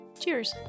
Cheers